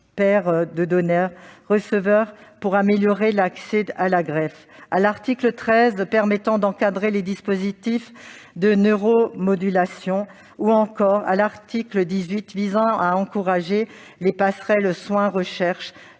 paires de donneurs et receveurs pour améliorer l'accès à la greffe, à l'article 13, qui permet d'encadrer des dispositifs de neuro-modulation, ou encore à l'article 18, visant à encourager les « passerelles soin-recherches